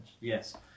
Yes